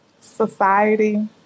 Society